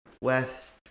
west